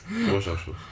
you watch a lot of shows